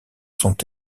sont